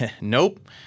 Nope